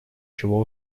чего